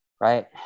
right